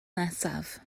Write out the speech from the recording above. nesaf